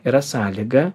yra sąlyga